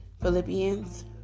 Philippians